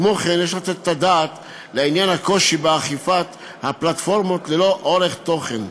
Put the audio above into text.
כמו כן יש לתת את הדעת על עניין הקושי באכיפה בפלטפורמות ללא עורך תוכן,